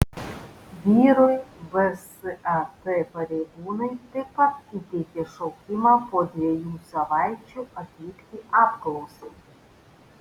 vyrui vsat pareigūnai taip pat įteikė šaukimą po dviejų savaičių atvykti apklausai